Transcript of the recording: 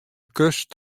kust